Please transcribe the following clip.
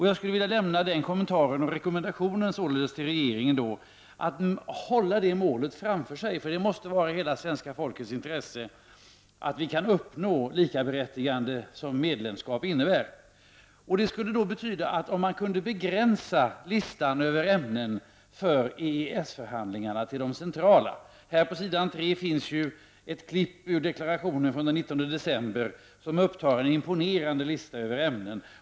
Jag skulle till regeringen vilja ge rekommendationen att hålla det målet framför sig, för det måste vara i hela svenska folkets intresse att vi kan uppnå det likaberättigande som medlemskap innebär. Det skulle betyda att man kunde begränsa listan över ämnen för EES-förhandlingarna till de centrala. I statsrådets information finns ju ett utdrag ur deklarationen från den 19 december, upptagande en imponerande lista över ämnen.